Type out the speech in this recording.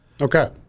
Okay